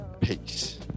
Peace